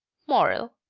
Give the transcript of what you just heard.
moral.